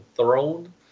throne